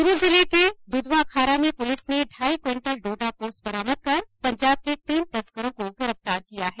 चुरू जिले के दुधवाखारा में पुलिस ने ढाई क्विंटल डोडा पोस्त बरामद कर पंजाब के तीन तस्करों को गिरफ्तार किया है